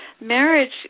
marriage